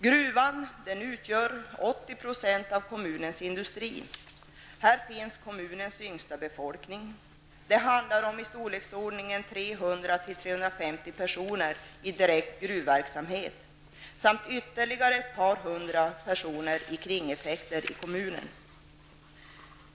Gruvan utgör 80 % av kommunens industri. Här finns kommunens yngsta befolkning. Det handlar om i storleksordningen 300--350 personer i direkt gruvverksamhet samt ytterligare ett par hundra personer i kringeffekter i kommunen.